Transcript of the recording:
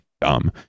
dumb